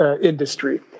industry